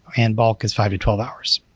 and bulk is five to twelve hours.